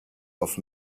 off